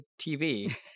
TV